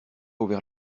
ouvert